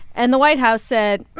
and the white house said,